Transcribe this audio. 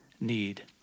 need